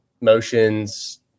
motions